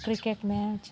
cricket match